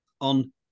on